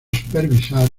supervisar